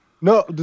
No